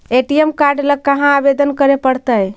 ATM card ल कहा आवेदन करे पड़तै?